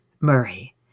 Murray